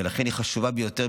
ולכן היא חשובה ביותר.